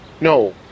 No